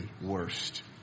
worst